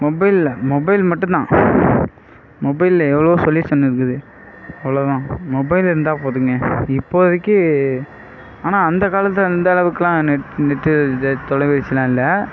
மொபைலில் மொபைல் மட்டும்தான் மொபைலில் எவ்வளோ சொலியுஷன் இருக்குது அவ்வளோதான் மொபைல் இருந்தால் போதுங்க இப்போதைக்கி ஆனால் அந்த காலத்தில் இந்தளவுக்கெலாம் நெட்டு இது தொலைபேசியெலாம் இல்லை